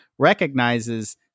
recognizes